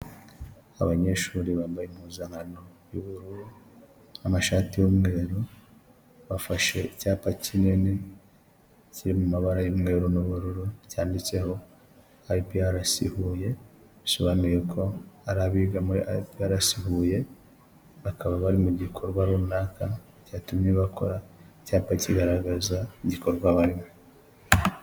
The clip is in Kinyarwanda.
Abanyeshuri bambaye impuzankano y'ubururu, amashati y'umweru, bafashe icyapa kinini cyiri mu mabara y'umweru n'ubururu, cyanditseho IPRC HUYE, bisobanuye ko ari abiga muri IPRC HUYE bakaba bari mu gikorwa runaka, cyatumye bakora icyapa kigaragaza gikorwa barimo.